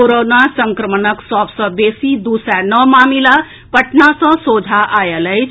corona संक्रमणक सभ सँ बेसी दू सय नओ मामिला पटना सँ सोझा आएल अछि